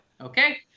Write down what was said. Okay